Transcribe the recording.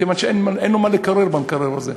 כיוון שאין לו מה לקרר במקרר הזה.